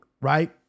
right